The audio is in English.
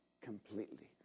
completely